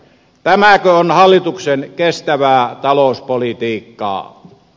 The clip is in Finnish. tämäkö on hallituksen kestävää talouspolitiikkaa